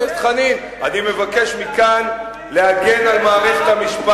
אני שמח שלא הגעתם לשם.